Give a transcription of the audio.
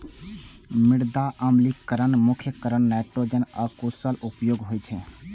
मृदा अम्लीकरणक मुख्य कारण नाइट्रोजनक अकुशल उपयोग होइ छै